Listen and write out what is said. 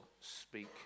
speak